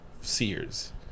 Sears